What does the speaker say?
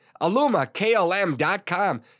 alumaklm.com